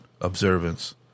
observance